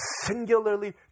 singularly